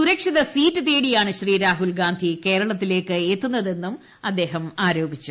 സുരക്ഷിത സീറ്റ് തേടിയാണ് രാഹുൽഗാന്ധി കേരളത്തിലേക്ക് എത്തുന്നതെന്നും അദ്ദേഹം ആരോപിച്ചു